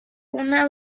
una